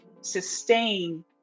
sustain